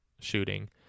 shooting